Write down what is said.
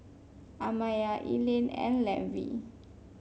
Amaya Elaine and Levie